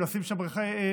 לשים שם מדרכות,